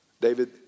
David